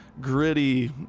gritty